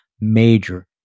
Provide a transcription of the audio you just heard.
major